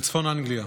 בצפון אנגליה,